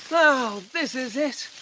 so this is it!